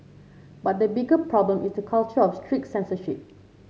but the bigger problem is culture of strict censorship